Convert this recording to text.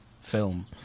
film